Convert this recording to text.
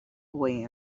boy